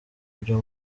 byo